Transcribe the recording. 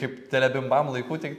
kaip telebimbam laikų tik